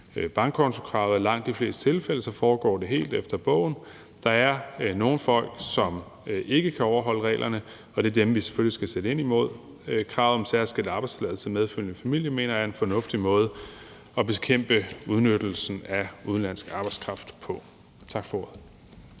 bankkontokravet – at i langt de fleste tilfælde foregår det helt efter bogen. Der er nogle folk, som ikke kan overholde reglerne, og det er dem, vi selvfølgelig vi skal sætte ind over for. Kravet om særskilt arbejdstilladelse til medfølgende familie mener jeg er en fornuftig måde at bekæmpe udnyttelsen af udenlandsk arbejdskraft på. Tak for ordet.